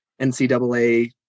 NCAA